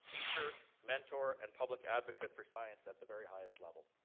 teacher, mentor, and public advocate for science at the very highest level.